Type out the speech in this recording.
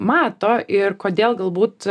mato ir kodėl galbūt